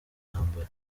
ntambara